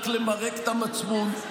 רק למרק את המצפון?